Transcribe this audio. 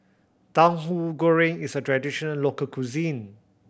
Tahu Goreng is a traditional local cuisine